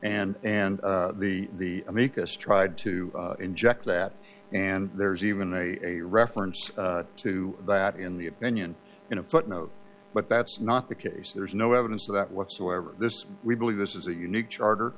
and and the amicus tried to inject that and there's even a reference to that in the opinion in a footnote but that's not the case there's no evidence of that whatsoever this we believe this is a unique charter